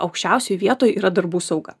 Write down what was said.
aukščiausioj vietoj yra darbų sauga